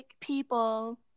people